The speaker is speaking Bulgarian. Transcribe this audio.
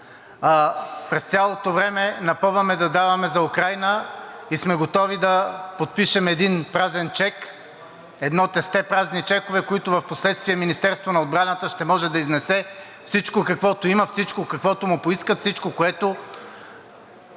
през цялото време напъваме да даваме за Украйна и сме готови да подпишем един празен чек, едно тесте празни чекове, с които впоследствие Министерството на отбраната ще може да изнесе всичко, каквото има, всичко, каквото му поискат, всичко, което